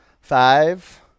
Five